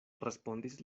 respondis